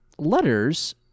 Letters